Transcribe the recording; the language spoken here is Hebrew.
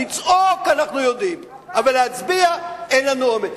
לצעוק אנחנו יודעים, אבל להצביע אין לנו אומץ.